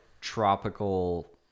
tropical